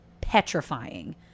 petrifying